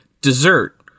dessert